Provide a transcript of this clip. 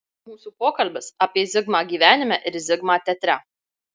mūsų pokalbis apie zigmą gyvenime ir zigmą teatre